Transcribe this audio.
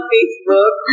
Facebook